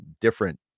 different